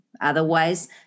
Otherwise